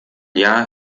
jahr